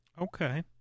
okay